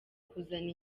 kuzana